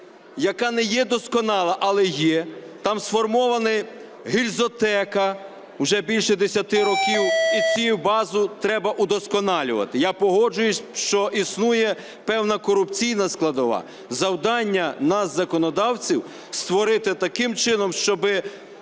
яка не є досконала, але є. Там сформована гільзотека вже більше десяти років, і цю базу треба удосконалювати. Я погоджуюся, що існує певна корупційна складова. Завдання нас, законодавців, створити таким чином, щоб